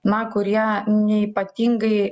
na kurie neypatingai